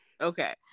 Okay